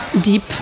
deep